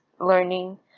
learning